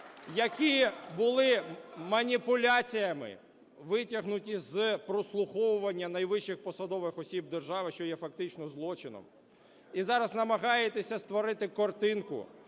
які були маніпуляціями, витягнутими з прослуховування найвищих посадових осіб держави, що є фактично злочином. І зараз намагаєтесь створити картинку